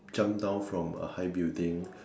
jump down from a high building